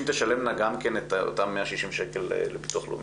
תשלמנה גם כן את אותם 160 שקל לביטוח לאומי.